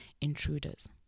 Intruders